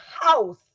house